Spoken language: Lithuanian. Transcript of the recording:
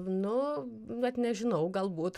nu net nežinau galbūt